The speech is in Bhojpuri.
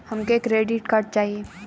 हमके क्रेडिट कार्ड चाही